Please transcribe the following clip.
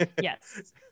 yes